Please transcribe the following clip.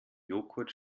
jogurt